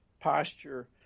posture